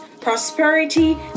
prosperity